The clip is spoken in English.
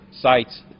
sites